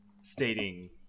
stating